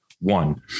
One